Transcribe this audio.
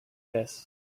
this